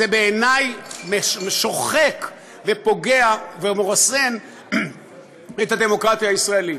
זה בעיני שוחק ופוגע ומרסק את הדמוקרטיה הישראלית.